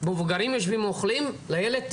מבוגרים יושבים ואוכלים, לילד הם